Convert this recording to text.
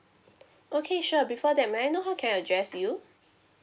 okay sure before that may I know how can I address you